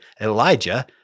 Elijah